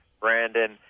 Brandon